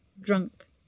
drunk